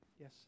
Yes